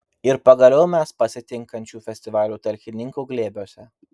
ir pagaliau mes pasitinkančių festivalio talkininkų glėbiuose